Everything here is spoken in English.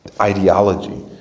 Ideology